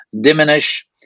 diminish